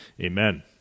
Amen